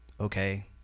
Okay